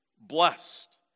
Blessed